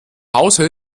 hause